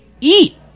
Eat